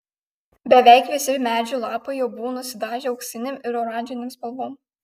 beveik visi medžių lapai jau buvo nusidažę auksinėm ir oranžinėm spalvom